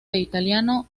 italiano